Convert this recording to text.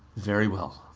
very well.